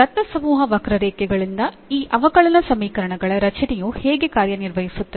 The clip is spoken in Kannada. ದತ್ತ ಸಮೂಹ ವಕ್ರರೇಖೆಗಳಿಂದ ಈ ಅವಕಲನ ಸಮೀಕರಣಗಳ ರಚನೆಯು ಹೇಗೆ ಕಾರ್ಯನಿರ್ವಹಿಸುತ್ತದೆ